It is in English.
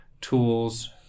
tools